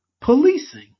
policing